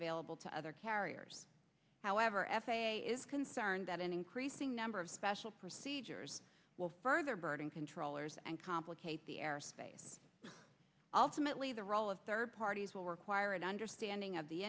available to other carriers however f a a is concerned that an increasing number of special procedures will further burden controllers and complicate the airspace ultimately the role of third parties will require an understanding of the